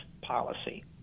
policy